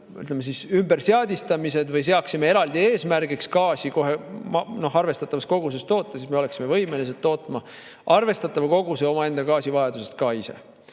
ümberseadistamised või seaksime eraldi eesmärgiks gaasi kohe arvestatavas koguses toota, siis me oleksime võimelised tootma arvestatava koguse omaenda gaasivajadusest ka ise.